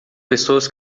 pessoas